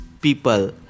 people